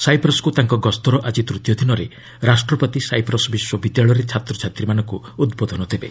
ସାଇପ୍ରସ୍କୁ ତାଙ୍କ ଗସ୍ତର ଆଜି ତୂତୀୟ ଦିନରେ ରାଷ୍ଟ୍ରପତି ସାଇପ୍ରସ୍ ବିଶ୍ୱବିଦ୍ୟାଳୟରେ ଛାତ୍ରଛାତ୍ରୀମାନଙ୍କୁ ଉଦ୍ବୋଧନ ଦେବେ